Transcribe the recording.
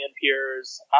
peers